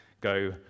go